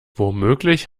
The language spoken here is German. womöglich